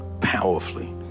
powerfully